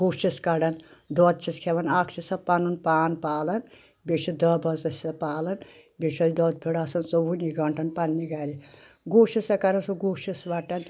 گُہہ چھِس کَڑان دۄد چھِس کھؠوان اَکھ چھِ سۄ پَنُن پان پالان بیٚیہِ چھِ دٔہ بٲژ اَسہِ سۄ پالان بیٚیہِ چھُ اَسہِ دۄد پھیوٚر آسان ژوٚوُہٕنی گٲنٛٹَن پَنٛنہِ گَرِ گُہہ چھِ سۄ کران سُۄ گُہہ چھِس وَٹان